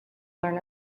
learn